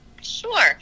sure